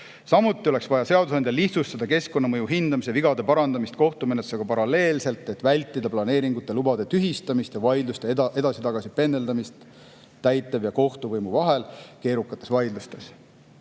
Samuti oleks vaja, et seadusandja lihtsustaks keskkonnamõju hindamise vigade parandamist kohtumenetlusega paralleelselt, et vältida planeeringute ja lubade tühistamist ja vaidluste edasi-tagasi pendeldamist täitev‑ ja kohtuvõimu vahel keerukates vaidlustes.